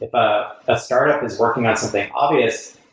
if ah a startup is working on something obvious,